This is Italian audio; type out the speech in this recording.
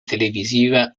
televisiva